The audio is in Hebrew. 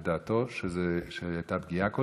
לדעתו, שהייתה בה פגיעה כלשהי.